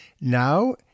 now